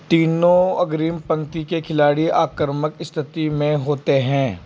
तीनों अग्रिम पंक्ति के खिलाड़ी आक्रामक स्थिति में होते हैं